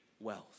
wealth